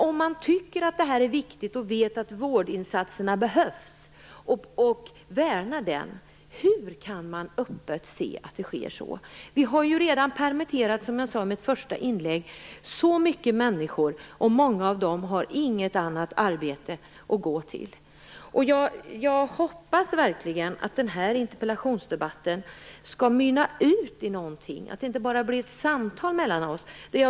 Om man tycker att det här är viktigt och vet att vårdinsatserna behövs och om man värnar dem, hur kan man då öppet se vad som sker. Vi har redan, som jag sade i mitt första inlägg, permitterat väldigt många människor. Många av dem har inget annat arbete att gå till. Jag hoppas verkligen att den här interpellationsdebatten mynnar ut i något, så att det inte bara blir ett samtal mellan oss.